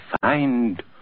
find